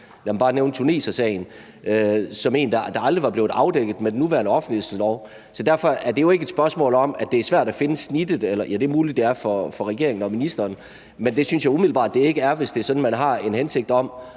bare nævne tunesersagen som en sag, der aldrig var blevet afdækket med den nuværende offentlighedslov. Så derfor er det jo ikke et spørgsmål om, at det er svært at finde snittet. Det er muligt, at det er det for regeringen og ministeren, men det synes jeg ikke umiddelbart det er, hvis det er sådan, at man har en hensigt om